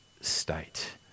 state